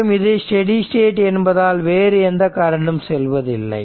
மற்றும் இது steady state என்பதால் வேறு எந்த கரண்டும் செல்வதில்லை